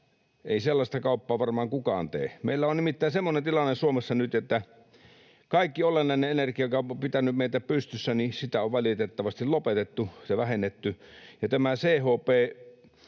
Ei sellaista kauppaa varmaan kukaan tee. Meillä on nimittäin semmoinen tilanne Suomessa nyt, että kaikkea olennaista energiaa, joka on pitänyt meitä pystyssä, on valitettavasti lopetettu ja vähennetty.